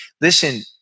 Listen